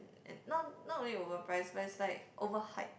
not not really overpriced but it's like overhyped